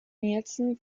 nilsson